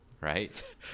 right